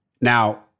Now